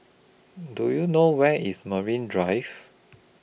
Do YOU know Where IS Marine Drive